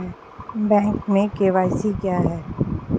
Bank में KYC क्या है?